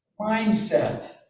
mindset